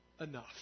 enough